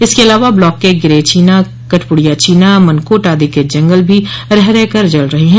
इसके अलावा ब्लॉक के गिरेछीना कठप्रड़ियाछीना मनकोट आदि के जंगल भी रह रह कर जल रहे हैं